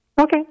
Okay